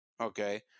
Okay